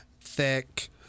thick